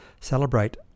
celebrate